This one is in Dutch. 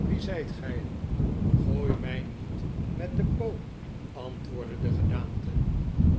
wie zijt gij gooi mij niet met den pook antwoordde de gedaante